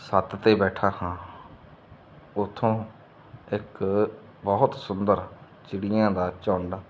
ਸੱਤ 'ਤੇ ਬੈਠਾ ਹਾਂ ਉੱਥੋਂ ਇੱਕ ਬਹੁਤ ਸੁੰਦਰ ਚਿੜੀਆਂ ਦਾ ਝੁੰਡ